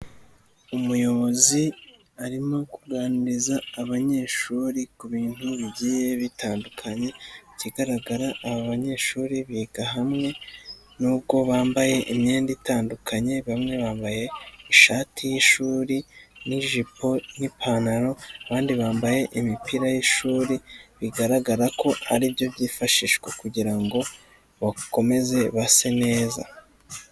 Umuyobozi arimo kuganiriza abanyeshuri ku bintu bigiye bitandukanye, ikigaragara aba banyeshuri biga hamwe nubwo bambaye imyenda itandukanye, bamwe bambaye ishati y'ishuri n'ijipo n'ipantaro abandi bambaye imipira y'ishuri bigaragara ko aribyo byifashishwa kugira ngo bakomeze base neza.